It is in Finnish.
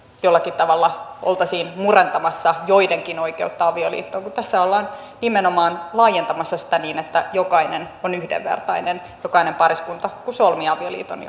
jollakin tavalla oltaisiin murentamassa joidenkin oikeutta avioliittoon kun tässä ollaan nimenomaan laajentamassa sitä niin että jokainen on yhdenvertainen jokainen pariskunta joka solmii avioliiton